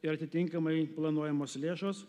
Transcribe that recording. ir atitinkamai planuojamos lėšos